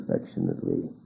affectionately